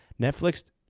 Netflix